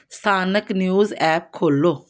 ਸਥਾਨਕ news app ਖੋਲ੍ਹੋ